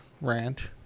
rant